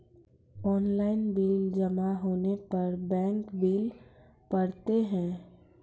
Online bill जमा होने पर बैंक बिल पड़तैत हैं?